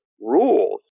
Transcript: rules